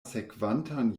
sekvantan